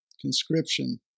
Conscription